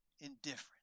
indifferent